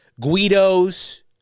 Guidos